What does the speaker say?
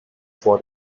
for